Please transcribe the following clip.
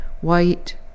white